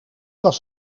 was